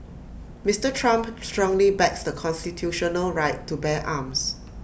Mister Trump strongly backs the constitutional right to bear arms